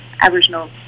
Aboriginal